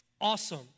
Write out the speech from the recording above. Awesome